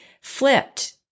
flipped